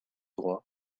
droit